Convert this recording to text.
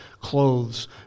clothes